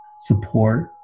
support